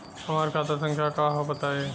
हमार खाता संख्या का हव बताई?